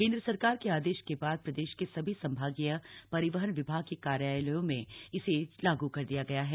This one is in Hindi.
केंद्र सरकार के आदेश के बाद प्रदेश के सभी संभागीय परिवहन विभाग के कार्यालयों में इसे लागू कर दिया गया है